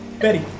Betty